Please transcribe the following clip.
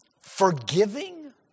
forgiving